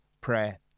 prayer